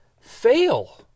fail